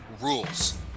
rules